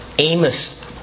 Amos